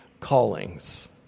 callings